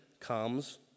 comes